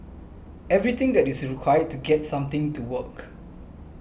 everything that is required to get something to work